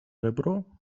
ребро